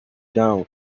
down